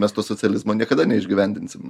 mes to socializmo niekada neišgyvendinsim